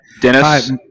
Dennis